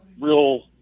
real